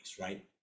right